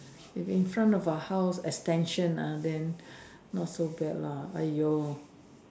if in front of her house extension ah then not so bad lah !aiyo!